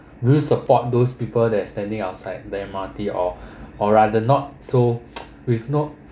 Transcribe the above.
do you support those people that standing outside the M_R_T or or rather not so with not